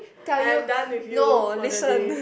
I am done with you for the day